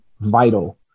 vital